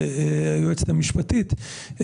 היועצת המשפטית,